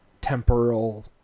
temporal